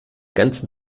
ganzen